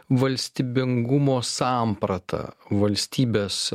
valstybingumo samprata valstybės